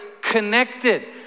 connected